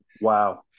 Wow